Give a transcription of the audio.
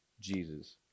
Jesus